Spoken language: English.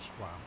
Wow